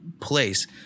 place